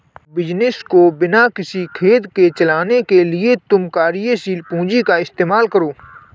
business को बिना किसी खेद के चलाने के लिए तुम कार्यशील पूंजी का इस्तेमाल करो